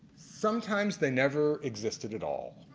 sometimes they inever existed at all.